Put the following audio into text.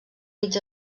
mig